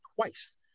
twice